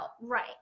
right